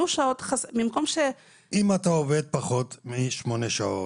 אם אתה עובד פחות משמונה שעות,